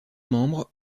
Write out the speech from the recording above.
membres